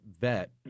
vet